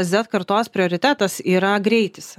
zed kartos prioritetas yra greitis